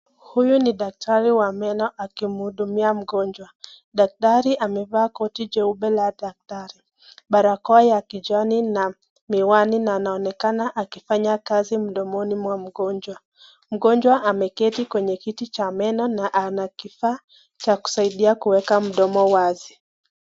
Huyu ni daktari wa meno akimhudumia mgonjwa. Daktari amevaa koti jeupe la daktari, barakoa ya kijani na miwani na anaonekana akifanya kazi mdomoni mwa mgonjwa. Mgonjwa ameketi kwenye kiti cha meno na ana kifaa cha kusaidia kuweka mdomo wazi.